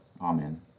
Amen